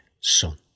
son